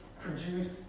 produced